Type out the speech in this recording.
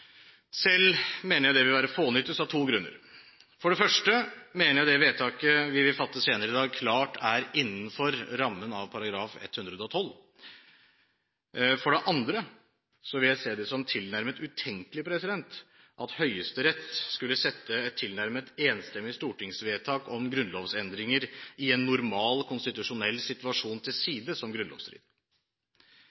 Selv mener jeg dette vil være fånyttes, av to grunner. For det første mener jeg det vedtaket vi vil fatte senere i dag, klart er innenfor rammen av § 112. For det andre vil jeg se det som tilnærmet utenkelig at Høyesterett skulle sette et tilnærmet enstemmig stortingsvedtak om grunnlovsendringer i en normal konstitusjonell situasjon til